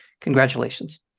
congratulations